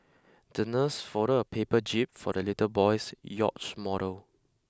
the nurse folded a paper jib for the little boy's yacht model